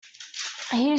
showed